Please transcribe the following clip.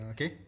Okay